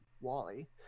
wally